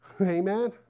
Amen